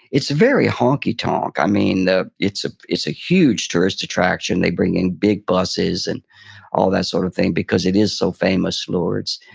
it's very honky-tonk. i mean, it's ah it's a huge tourist attraction, they bring in big buses, and all that sort of thing, because it is so famous, lourdes.